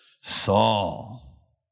Saul